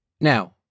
Now